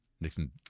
Nixon